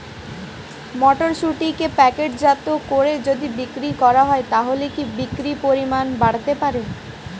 মটরশুটিকে প্যাকেটজাত করে যদি বিক্রি করা হয় তাহলে কি বিক্রি পরিমাণ বাড়তে পারে?